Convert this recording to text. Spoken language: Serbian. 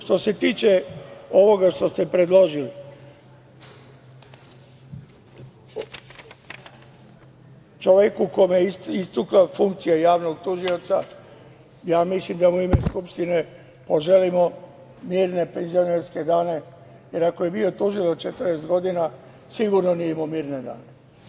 Što se tiče ovoga što ste predložili, o čoveku kome je istekla funkcija javnog tužioca, ja mislim da mu i ime Skupštine poželimo mirne penzionerske dane, jer ako je bio tužilac 40 godina sigurno nije imao mirne dane.